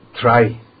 try